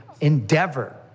endeavor